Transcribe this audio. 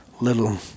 little